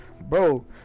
bro